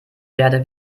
werde